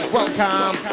welcome